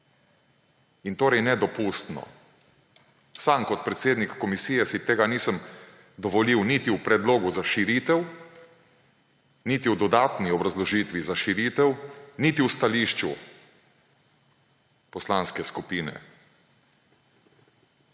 In torej nedopustno. Sam kot predsednik komisije si tega nisem dovolil niti v predlogu za širitev, niti v dodatni obrazložitvi za širitev, niti v stališču poslanske skupine.